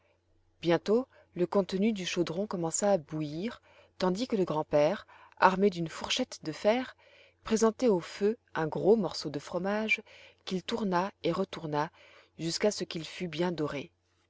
bientôt le contenu de chaudron commença à bouillir tandis que le grand père armé d'une fourchette de fer présentait au feu un gros morceau de fromage qu'il tourna et retourne jusqu'à ce qu'il fût bien doré